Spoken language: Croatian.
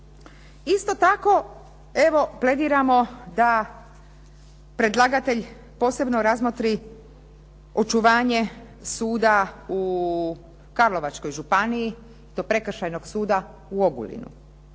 Isto tako evo plediramo da predlagatelj posebno razmotri očuvanje suda u Karlovačkoj županiji do Prekršajnog suda Ogulinu.